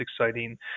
exciting